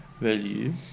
value